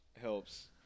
helps